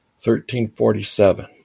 1347